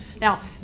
Now